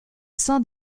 sein